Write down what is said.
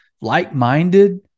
like-minded